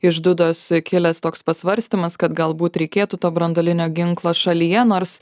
iš dudos kilęs toks pasvarstymas kad galbūt reikėtų to branduolinio ginklo šalyje nors